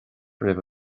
roimh